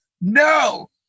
no